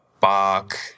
bark